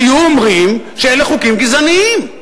היו אומרים שאלה חוקים גזעניים.